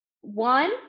one